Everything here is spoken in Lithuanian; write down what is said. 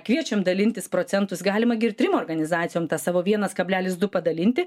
kviečiam dalintis procentus galima gi ir trim organizacijom tą savo vienas kablelis du padalinti